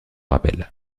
rappellent